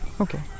Okay